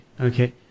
okay